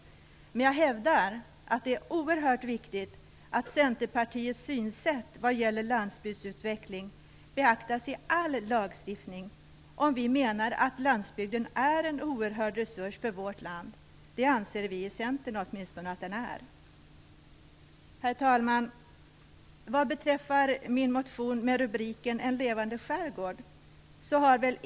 Jag hävdar dock att det, om vi menar att landsbygden är en stor resurs för vårt land, är oerhört viktigt att Centerpartiets synsätt vad gäller landsbygdsutveckling beaktas i all lagstiftning. Vi i Centern anser att den är en sådan resurs. Herr talman! Jag vill också säga något beträffande min motion med rubriken En levande skärgård.